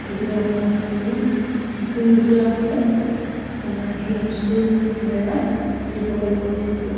এইবিলাকত আমি যিটো নোযোৱাকৈয়ে সেই এপছটোৰ দ্বাৰা দিব পাৰি পইচাটো